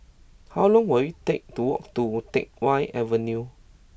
how long will it take to walk to Teck Whye Avenue